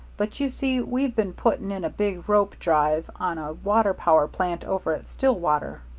but you see we've been putting in a big rope drive on a water-power plant over at stillwater.